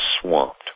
swamped